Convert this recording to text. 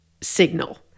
signal